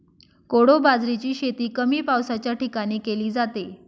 कोडो बाजरीची शेती कमी पावसाच्या ठिकाणी केली जाते